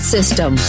System